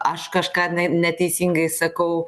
aš kažką neteisingai sakau